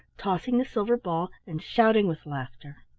tossing the silver ball and shouting with laughter.